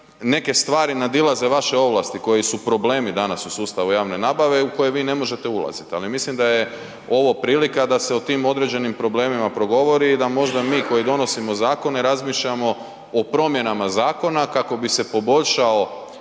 neke stvari nadilaze vaše ovlasti koji su problemi danas u sustavu javne nabave i u koje vi ne možete ulaziti. Ali mislim da je ovo prilika da se o tim određenim problemima progovori i da možda mi koji donosimo zakone razmišljamo o promjenama zakona kako bi se poboljšao